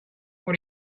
what